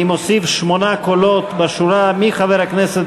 אני מוסיף שמונה קולות בשורה מחבר הכנסת